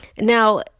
Now